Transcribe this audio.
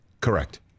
Correct